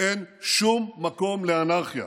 אין שום מקום לאנרכיה